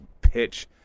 pitch